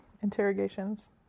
interrogations